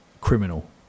criminal